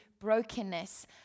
brokenness